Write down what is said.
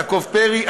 יעקב פרי,